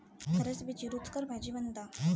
फरसबीची रूचकर भाजी बनता